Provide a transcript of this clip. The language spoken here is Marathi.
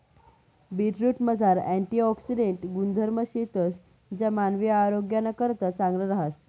बीटरूटमझार अँटिऑक्सिडेंट गुणधर्म शेतंस ज्या मानवी आरोग्यनाकरता चांगलं रहास